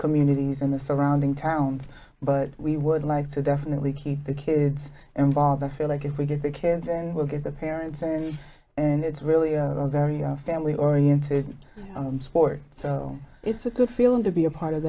communities and the surrounding towns but we would like to definitely keep the kids and vald i feel like if we get the kids and we'll get the parents and it's really a very family oriented sport so it's a good feeling to be a part of